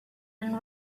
and